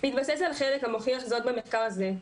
בהתבסס על החלק המוכיח זאת במחקר הזה,